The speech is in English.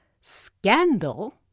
scandal